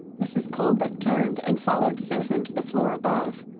mrs. colebrook turned and followed susan to the floor above.